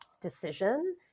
decision